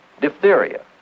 diphtheria